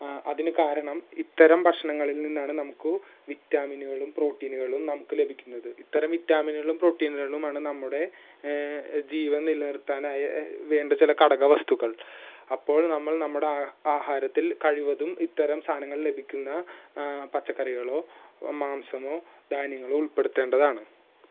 അതിന് കാരണം ഇത്തരം ഭക്ഷണങ്ങളിൽ നിന്നാണ് നമുക്ക് വിറ്റാമിനുകളും പ്രോട്ടീനുകളും നമുക്ക് ല ലഭിക്കുന്നത് ഇത്തരം വിറ്റാമിനുകളും പ്രോട്ടീനുകളുമാണ് നമ്മുടെ ജീവൻ നിലനിർത്താനായ വേണ്ട ചില ഘടക വസ്തുക്കൾ അപ്പോൾ നമ്മൾ നമ്മുടെ ആഹാരത്തിൽ കഴിവതും ഇത്തരം സാധനങ്ങൾ ലഭിക്കുന്ന പച്ചക്കറികളോ മാംസമോ ധാന്യങ്ങളോ ഉൾപ്പെടുത്തേണ്ടതാണ്